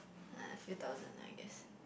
a few thousand I guess